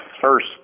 first